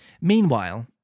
Meanwhile